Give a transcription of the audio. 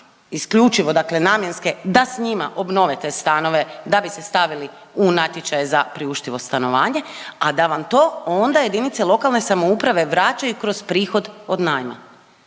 isključivo dakle namjenske, da s njima obnove te stanove, da bi se stavili u natječaje za priuštivo stanovanje, a da vam to onda jedinice lokalne samouprave vraćaju kroz prihod od najma.